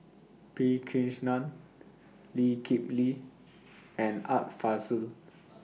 P Krishnan Lee Kip Lee and Art Fazil